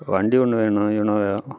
வண்டி ஒன்று வேணும் இனோவா